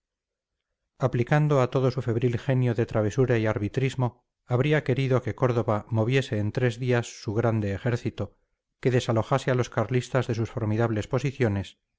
aplicando a todo su febril genio de travesura y arbitrismo habría querido que córdoba moviese en tres días su grande ejército que desalojase a los carlistas de sus formidables posiciones